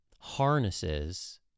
harnesses